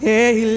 Hey